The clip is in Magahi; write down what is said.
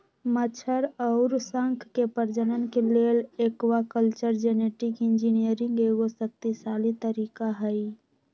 मछर अउर शंख के प्रजनन के लेल एक्वाकल्चर जेनेटिक इंजीनियरिंग एगो शक्तिशाली तरीका हई